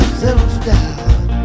self-doubt